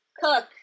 cook